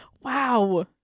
Wow